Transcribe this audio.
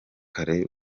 kare